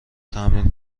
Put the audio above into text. تمرین